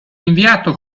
inviato